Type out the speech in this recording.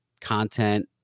content